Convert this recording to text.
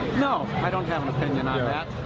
no, i don't have an opinion on that.